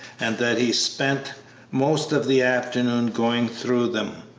and that he spent most of the afternoon going through them.